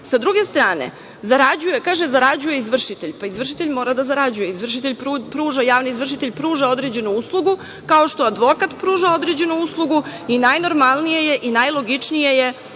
druge strane, kaže – zarađuje izvršitelj, pa izvršitelj mora da zarađuje. Javni izvršitelj pruža određenu uslugu, kao što advokat pruža određenu uslugu i najnormalnije je i najlogičnije je